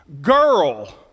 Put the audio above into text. girl